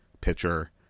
pitcher